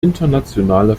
internationale